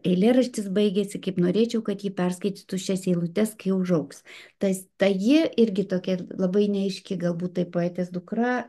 eilėraštis baigiasi kaip norėčiau kad ji perskaitytų šias eilutes kai užaugs tas ta ji irgi tokia labai neaiški galbūt tai poetės dukra